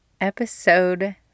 episode